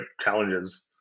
challenges